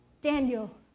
Daniel